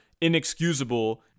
inexcusable